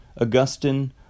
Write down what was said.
Augustine